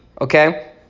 okay